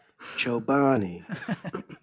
Chobani